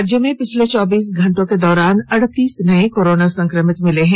राज्य में पिछले चौबीस घंटों के दौरान अड़तीस नए कोरोना संक्रमित मिले हैं